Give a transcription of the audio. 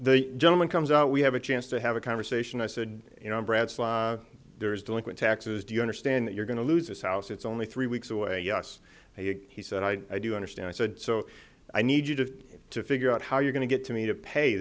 gentleman comes out we have a chance to have a conversation i said you know brad there is delinquent taxes do you understand that you're going to lose this house it's only three weeks away yes he said i do understand i said so i need you to to figure out how you're going to get to me to pay